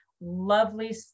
lovely